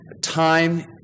time